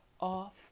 off